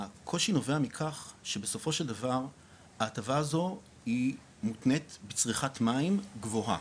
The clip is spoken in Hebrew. הקושי נובע מכך שבסופו של דבר ההטבה הזו היא מותנית בצריכת מים גבוהה,